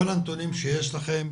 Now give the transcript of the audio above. כל הנתונים שיש לכם,